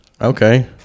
okay